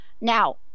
Now